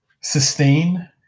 sustain